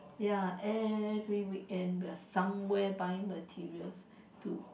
ya every weekend we are somewhere buying materials to